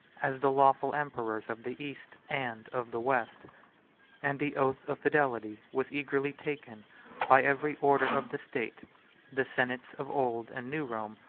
as the lawful emperors of the east, and of the west and the oath of fidelity was eagerly taken by every order of the state the senates of old and new rome,